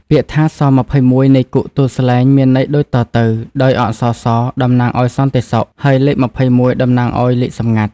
ពាក្យថា ស.២១ នៃគុកទួលស្លែងមានន័យដូចតទៅ ដោយអក្សរ ” ស ” តំណាងឱ្យសន្តិសុខ ហើយលេខ២១តំណាងឱ្យលេខសំងាត់។